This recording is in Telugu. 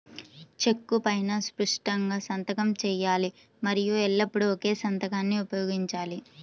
చెక్కు పైనా స్పష్టంగా సంతకం చేయాలి మరియు ఎల్లప్పుడూ ఒకే సంతకాన్ని ఉపయోగించాలి